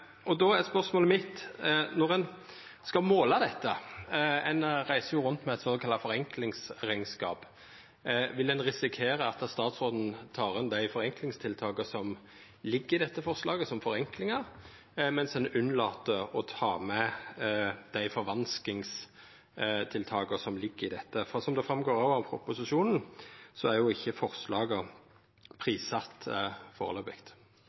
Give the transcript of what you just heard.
Når ein skal måla dette – ein reiser jo rundt med ein såkalla forenklingsrekneskap – vil ein risikera at statsråden tek inn dei forenklingstiltaka som ligg i dette forslaget som forenklingar, mens ein lèt vera å ta med dei forvanskingstiltaka som ligg i dette? For som det òg går fram av proposisjonen, er ikkje forslaga